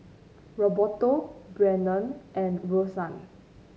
Roberto Brennan and Rosann